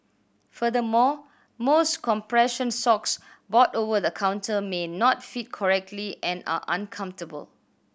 furthermore most compression socks bought over the counter may not fit correctly and are uncomfortable